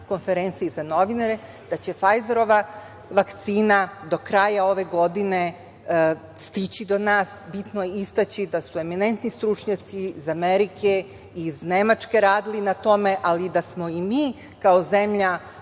konferenciji za novinare da će Fajzerova vakcina do kraja ove godine stići do nas. Bitno je istaći da su eminentni stručnjaci iz Amerike, iz Nemačke radili na tome ali da smo i mi kao zemlja